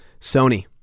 sony